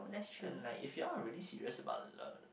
and like if you all are really serious about lov~